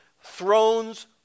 thrones